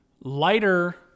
lighter